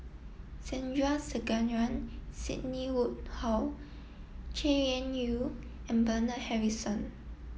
Sandrasegaran Sidney Woodhull Chay Weng Yew and Bernard Harrison